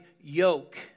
yoke